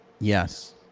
Yes